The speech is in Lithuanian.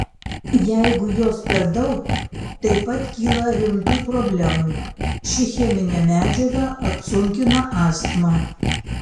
jeigu jos per daug taip pat kyla rimtų problemų ši cheminė medžiaga apsunkina astmą